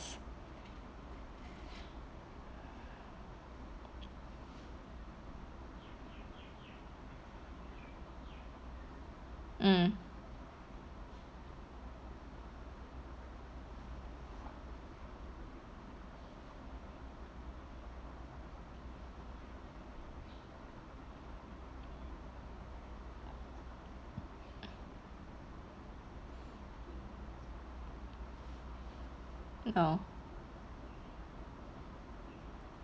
mm oh